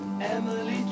Emily